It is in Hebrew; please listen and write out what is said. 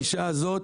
האישה הזאת